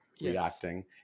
reacting